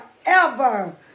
Forever